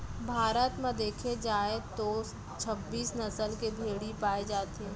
भारत म देखे जाए तो छब्बीस नसल के भेड़ी पाए जाथे